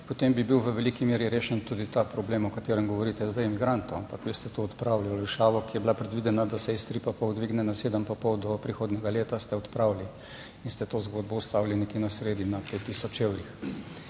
potem bi bil v veliki meri rešen tudi ta problem, o katerem govorite zdaj, migrantov, ampak vi ste to odpravili, olajšavo, ki je bila predvidena, da se iz 3,5 dvigne na 7,5 do prihodnjega leta, ste odpravili in ste to zgodbo ustavili nekje na sredi, na 5 tisoč evrih.